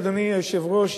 אדוני היושב-ראש,